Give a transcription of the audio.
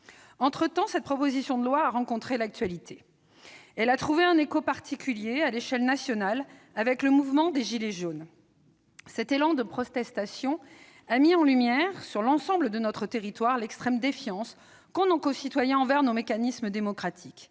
Entre-temps, cette proposition de loi a rencontré l'actualité. Elle a trouvé un écho particulier à l'échelle nationale, avec le mouvement des « gilets jaunes ». Cet élan de protestation a mis en lumière, sur l'ensemble de notre territoire, l'extrême défiance de nos concitoyens envers nos mécanismes démocratiques.